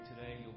today